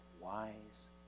wise